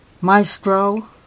Maestro